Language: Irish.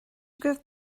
agaibh